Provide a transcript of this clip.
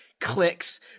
clicks